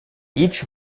each